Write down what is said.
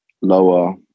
lower